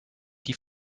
die